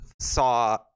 saw